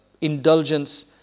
indulgence